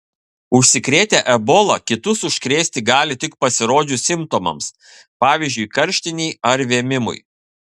užsikrėtę ebola kitus užkrėsti gali tik pasirodžius simptomams pavyzdžiui karštinei ar vėmimui